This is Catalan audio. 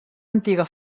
antiga